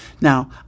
Now